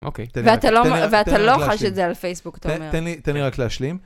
אוקיי. ואתה לא חש את זה על פייסבוק, אתה אומר. תן לי רק להשלים.